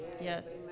Yes